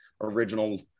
original